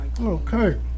okay